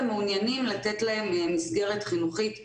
מעוניינים לתת להם מסגרת חינוכית איכותית,